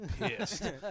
pissed